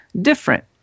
different